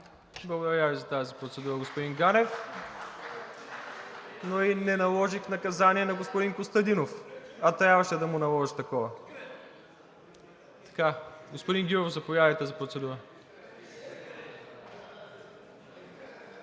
Благодаря Ви за тази процедура, господин Ганев. Но и не наложих наказание на господин Костадинов, а трябваше да му наложа такова. Господин Гюров, заповядайте за процедура.